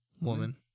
Woman